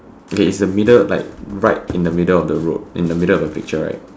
okay it's the middle like right in the middle of the road in the middle of the picture right